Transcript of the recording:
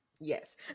Yes